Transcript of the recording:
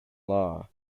law